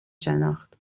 شناخت